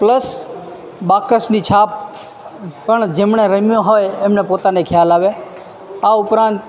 plus બાકસની છાપ પણ જેમણે રમ્યો હોય એમને પોતાને ખ્યાલ આવે આ ઉપરાંત